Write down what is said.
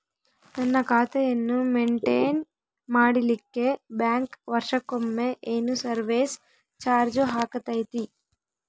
ನನ್ನ ಖಾತೆಯನ್ನು ಮೆಂಟೇನ್ ಮಾಡಿಲಿಕ್ಕೆ ಬ್ಯಾಂಕ್ ವರ್ಷಕೊಮ್ಮೆ ಏನು ಸರ್ವೇಸ್ ಚಾರ್ಜು ಹಾಕತೈತಿ?